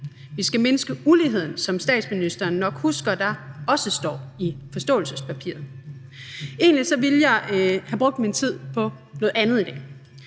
Vi skal mindske uligheden, som statsministeren nok husker der også står i forståelsespapiret. Egentlig ville jeg have brugt min tid på noget andet i dag.